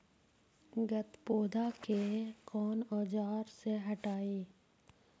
गत्पोदा के कौन औजार से हटायी?